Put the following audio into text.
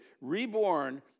reborn